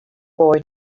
boy